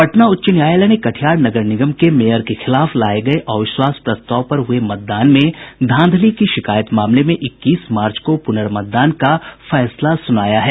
पटना उच्च न्यायालय ने कटिहार नगर निगम के मेयर के खिलाफ लाये गये अविश्वास प्रस्ताव पर हुए मतदान में धांधली की शिकायत मामले में इक्कीस मार्च को प्रनर्मतदान का फैसला सुनाया है